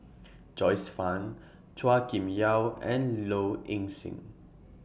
Joyce fan Chua Kim Yeow and Low Ing Sing